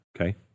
Okay